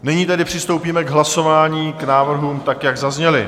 Nyní tedy přistoupíme k hlasování k návrhům, tak jak zazněly.